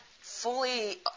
fully